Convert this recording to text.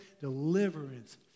deliverance